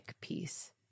piece